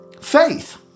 faith